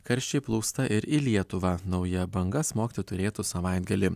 karščiai plūsta ir į lietuvą nauja banga smogti turėtų savaitgalį